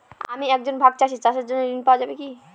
আমি একজন ভাগ চাষি চাষের জন্য ঋণ পাওয়া যাবে কি?